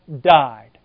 died